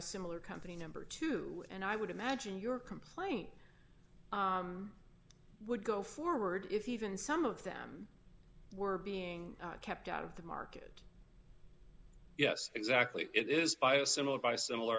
similar company number two and i would imagine your complaint would go forward if he even some of them were being kept out of the market yes exactly it is by a similar by similar